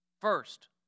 first